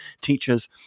teachers